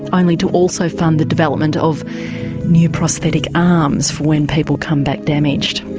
only to also fund the development of new prosthetic arms for when people come back damaged.